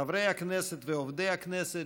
חברי הכנסת ועובדי הכנסת,